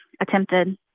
attempted